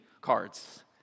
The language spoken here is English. cards